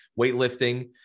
weightlifting